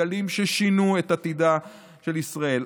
גלים ששינו את עתידה של ישראל.